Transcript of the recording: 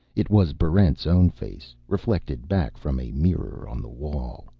it was barrent's own face, reflected back from a mirror on the wall.